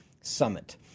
Summit